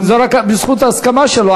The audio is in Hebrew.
בזכות ההסכמה שלו,